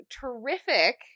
terrific